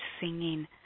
singing